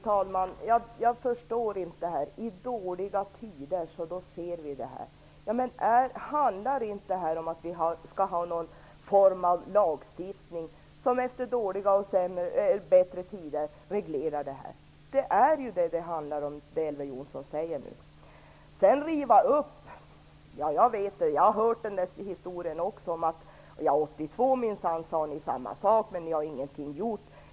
Fru talman! Jag förstår inte det här. I dåliga tider ser vi bristerna, säger Elver Jonsson. Handlar inte detta om att vi skall ha någon form av lagstiftning som reglerar förhållandena efter dåliga och bättre tider? Det Elver Jonsson säger nu handlar ju om det. Historien om att riva upp har jag också hört: 1982 sade ni minsann samma sak, men ni har ingenting gjort.